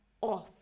off